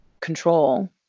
control